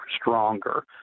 stronger